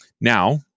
now